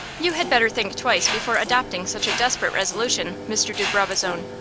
you had better think twice before adopting such a desperate resolution, mr. de brabazon.